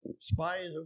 spies